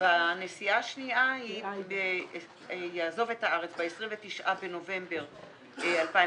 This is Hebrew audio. בנסיעה השנייה יעזוב את הארץ ב-29 בנובמבר 2018,